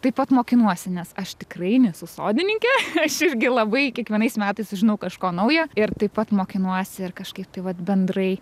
taip pat mokinuosi nes aš tikrai nesu sodininkė aš irgi labai kiekvienais metais sužinau kažko naujo ir taip pat mokinuosi ir kažkaip tai vat bendrai